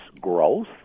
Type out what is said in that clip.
growth